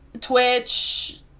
Twitch